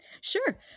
Sure